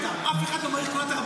אף אחד לא מתקן אותה.